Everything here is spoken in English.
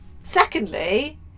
Secondly